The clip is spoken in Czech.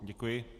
Děkuji.